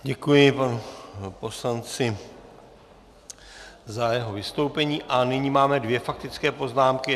Děkuji panu poslanci za jeho vystoupení a nyní máme dvě faktické poznámky.